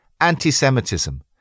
anti-Semitism